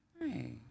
hey